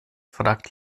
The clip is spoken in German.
fragt